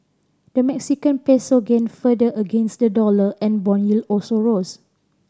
the Mexican Peso gained further against the dollar and bond yield also rose